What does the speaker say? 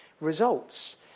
results